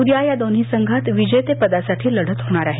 उद्या या दोन्ही संघांत विजेतेपदासाठी लढत होणार आहे